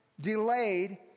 delayed